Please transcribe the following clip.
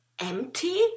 empty